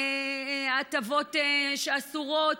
הטבות אסורות,